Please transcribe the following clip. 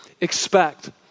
expect